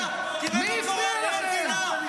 היום זה חוק לא מעניין.